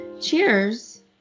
Cheers